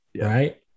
Right